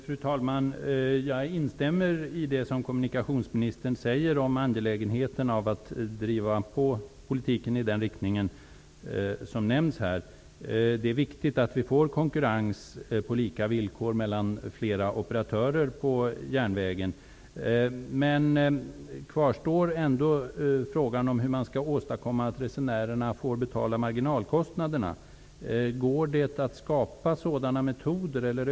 Fru talman! Jag instämmer i det som kommunikationsministern säger, att det är angeläget att driva på politiken i den här riktningen. Det är viktigt med konkurrens på lika villkor mellan flera operatörer på järnvägen. Frågan om hur man skall åstadkomma att resenärerna får betala marginalkostnaderna kvarstår dock.